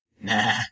Nah